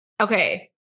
okay